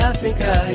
Africa